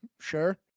sure